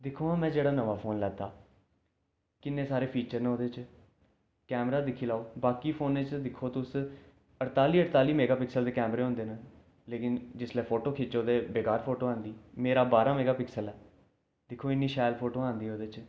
दिक्खो में जेह्ड़ा नमा फोन लैता किन्ने सारे फिचर न ओह्दे च कैमरा दिक्खी लैओ बाकी फोने च दिक्खो तुस अड़ताली अड़ताली पिक्सल दे कैमरे होंदे न लेकिन जिसलै फोटो खिच्चो ते मेरा बारां पिक्सल ऐ दिक्खो इन्ने शैल फोटो औंदी ओह्दे च